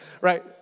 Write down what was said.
right